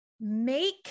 make